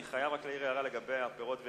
אני חייב רק להעיר הערה לגבי הפירות והירקות: